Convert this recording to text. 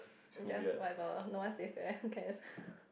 just whatever no one is there no care